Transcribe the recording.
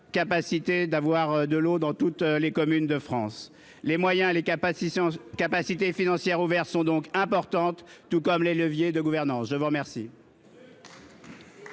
d'en disposer dans toutes les communes de France. Les moyens et les capacités financières ouverts sont donc importants, tout comme les leviers de gouvernance. La parole